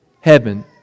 heaven